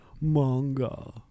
Manga